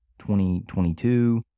2022